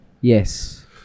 yes